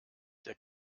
der